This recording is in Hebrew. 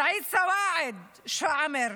סעיד סואעד משפרעם,